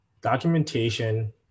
documentation